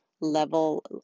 level